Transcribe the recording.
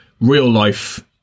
real-life